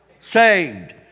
Saved